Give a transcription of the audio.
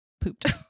pooped